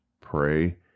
pray